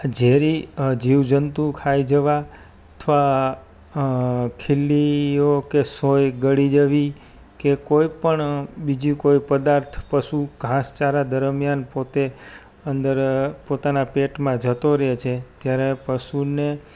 ઝેરી જીવ જંતુ ખાઈ જવા અથવા ખીલીઓ કે સોય ગળી જવી કે કોઈ પણ બીજી કોઈ પ્રદાર્થ પશુ ધાસ ચારા દરમિયાન પોતે અંદર પોતાના પેટમાં જતો રહે છે ત્યારે પશુને